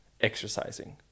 exercising